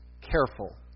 careful